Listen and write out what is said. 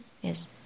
Yes